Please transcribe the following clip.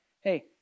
hey